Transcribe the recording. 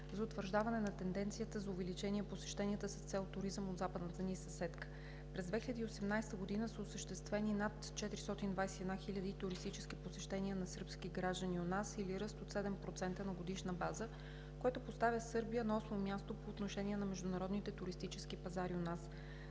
за утвърждаване на тенденцията за увеличение посещенията с цел туризъм от западната ни съседка. През 2018 г. са осъществени над 421 хиляди туристически посещения на сръбски граждани у нас или ръст от 7% на годишна база, което поставя Сърбия на осмо място по отношение на международните туристически пазари у нас.